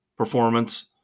performance